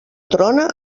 trona